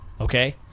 Okay